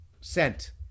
sent